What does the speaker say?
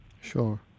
Sure